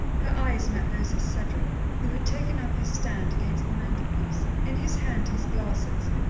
her eyes met those of cedric, who had taken up his stand against the mantelpiece, in his hand his glasses,